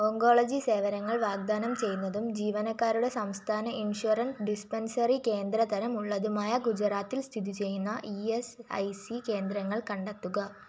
oncology സേവനങ്ങൾ വാഗ്ദാനം ചെയ്യുന്നതും ജീവനക്കാരുടെ സംസ്ഥാന ഇൻഷുറൻസ് ഡിസ്പെൻസറി കേന്ദ്ര തരം ഉള്ളതുമായ ഗുജറാത്തിൽ സ്ഥിതി ചെയ്യുന്ന ഇ എസ്സ് ഐ സി കേന്ദ്രങ്ങൾ കണ്ടെത്തുക